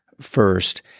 first